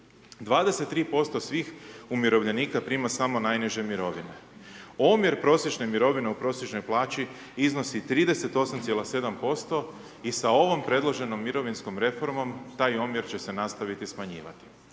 23% svih umirovljenika prima samo najniže mirovine. Omjer prosječne mirovine u prosječnoj plaći iznosi 38,7% i sa ovom predloženom mirovinskom reformom taj omjer će se nastaviti smanjivati.